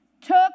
took